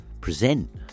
present